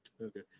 Okay